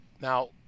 Now